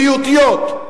בריאותיות.